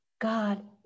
God